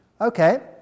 Okay